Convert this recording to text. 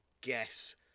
guess